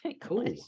Cool